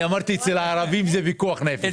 אמרתי שאצל הערבים זה פיקוח נפש,